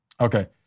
Okay